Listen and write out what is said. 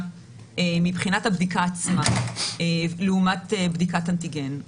מבחינת הבדיקה עצמה לעומת בדיקת אנטיגן,